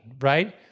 right